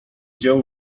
dzieł